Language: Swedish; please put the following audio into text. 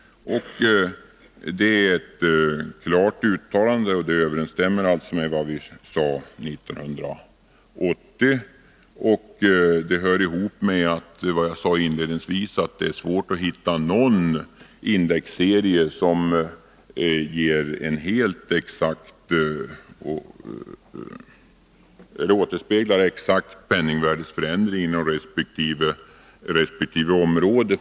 Det är ett klart uttalande, och det överensstämmer med vad vi sade 1980. Som jag sade inledningsvis, är det svårt att hitta någon indexserie som exakt återspeglar penningvärdesförändringen inom resp. område.